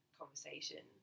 conversation